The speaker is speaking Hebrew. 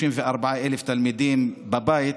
34,000 תלמידים בבית,